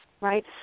right